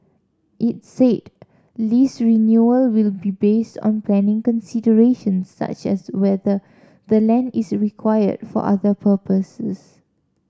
its said lease renewal will be based on planning considerations such as whether the land is required for other purposes